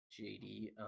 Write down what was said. JD